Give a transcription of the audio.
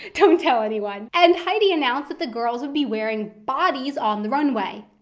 don't tell anyone and heidi announced that the girls would be wearing bodies on the runway.